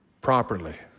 properly